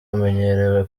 amenyerewe